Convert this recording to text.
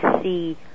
see